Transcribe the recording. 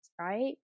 right